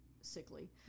sickly